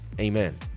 Amen